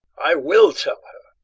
i will tell